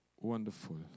wonderful